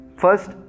first